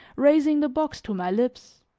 raising the box to my lips.